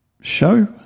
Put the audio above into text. show